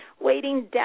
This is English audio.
waiting